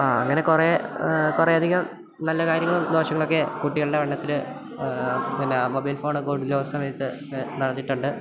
ആ അങ്ങനെ കുറേ കുറേയധികം നല്ല കാര്യങ്ങളും ദോഷങ്ങളക്കെ കുട്ടികളുടെ പഠനത്തിൽ പിന്നെ മൊബൈൽ ഫോണ് കൂടുതലും ആ സമയത്ത് നടന്നിട്ടണ്ട്